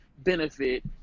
Benefit